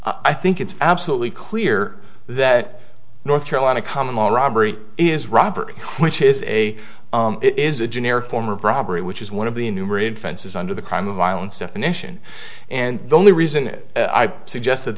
i think it's absolutely clear that north carolina common law robbery is robert which is a it is a generic form of robbery which is one of the enumerated fences under the crime of violence definition and the only reason it i've suggested